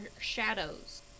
shadows